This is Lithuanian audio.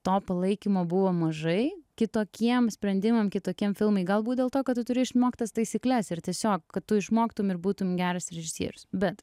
to palaikymo buvo mažai kitokiems sprendimam kitokiem filmai galbūt dėl to kad turi išmokt tas taisykles ir tiesiog kad tu išmoktum ir būtum geras režisierius bet